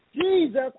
Jesus